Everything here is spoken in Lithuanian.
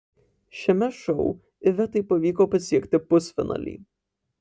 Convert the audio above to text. šiame šou ivetai pavyko pasiekti pusfinalį